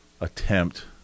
attempt